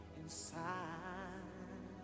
inside